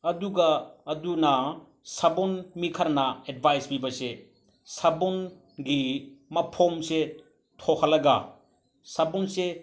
ꯑꯗꯨꯒ ꯑꯗꯨꯅ ꯁꯥꯄꯣꯟ ꯃꯤꯈꯔꯅ ꯑꯦꯠꯚꯥꯏꯁ ꯄꯤꯕꯁꯦ ꯁꯥꯄꯣꯟꯒꯤ ꯃꯐꯣꯟꯁꯦ ꯊꯣꯛꯍꯜꯂꯒ ꯁꯥꯄꯣꯟꯁꯦ